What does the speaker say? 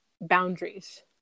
boundaries